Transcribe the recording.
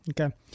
Okay